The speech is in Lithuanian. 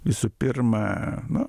visų pirma nu